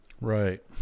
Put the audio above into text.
Right